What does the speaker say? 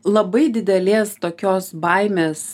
labai didelės tokios baimės